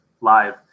live